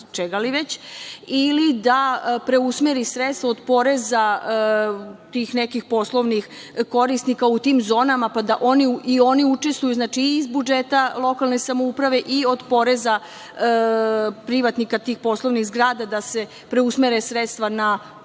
čega već, ili da preusmeri sredstva od poreza tih nekih poslovnih korisnika u tim zonama, pa da i oni učestvuju i iz budžeta lokalne samouprave i od poreza privatnika tih poslovnih zgrada, da se preusmere sredstva na obnavljanje